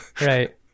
Right